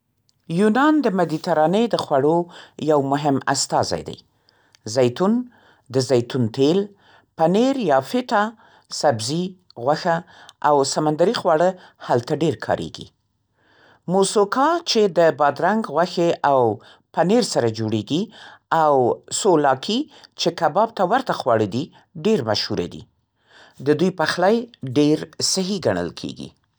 یونان د مدیترانې د خوړو یو مهم استازی دی. زیتون، د زیتون تېل، پنیر یا فیټا، سبزي، غوښه او سمندري خواړه هلته ډېر کارېږي. «موساکا» چې د بادرنګ، غوښې او پنیر سره جوړیږي، او «سوولاکي» چې کباب ته ورته خواړه دي، ډېر مشهوره دي. د دوی پخلی ډېر صحي ګڼل کېږي.